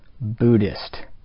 Buddhist